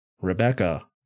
Rebecca